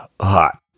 hot